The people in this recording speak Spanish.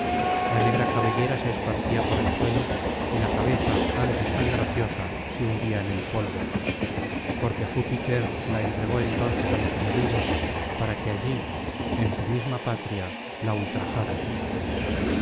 la negra cabellera se esparcía por el suelo y la cabeza antes tan graciosa se hundía en el polvo porque júpiter la entregó entonces á los enemigos para que allí en su misma patria la